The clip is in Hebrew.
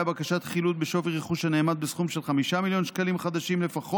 בקשת חילוט בשווי חילוט שנאמד בסכום של 5 מיליון שקלים לפחות,